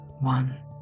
one